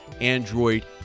Android